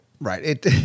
Right